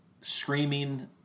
screaming